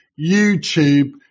YouTube